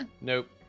Nope